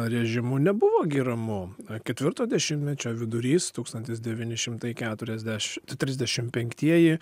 režimu nebuvo gi ramu ketvirto dešimtmečio vidurys tūkstantis devyni šimtai keturiasdešimt trisdešimt penktieji